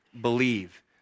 believe